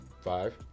five